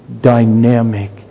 dynamic